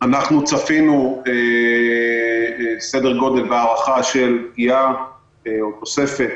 אנחנו צפינו סדר גודל והערכה של יעד או תוספת